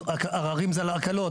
עררים זה להקלות,